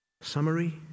Summary